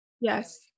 Yes